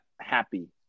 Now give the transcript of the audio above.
happy